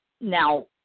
now